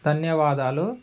ధన్యవాదాలు